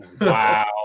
wow